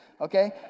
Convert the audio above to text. okay